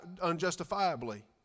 unjustifiably